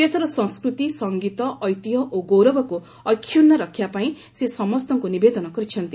ଦେଶର ସଂସ୍କୃତି ସଂଗୀତ ଐତିହ୍ୟ ଓ ଗୌରବକୁ ଅକ୍ଷୁର୍ଣ୍ଣ ରଖିବା ପାଇଁ ସେ ସମସ୍ତଙ୍କୁ ନିବେଦନ କରିଛନ୍ତି